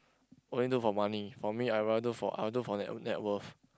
only do for money for me I rather for I'll do for net net worth